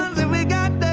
that we got